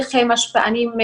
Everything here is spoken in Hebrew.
דרך משפיענים,